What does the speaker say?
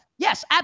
Yes